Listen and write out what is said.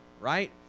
right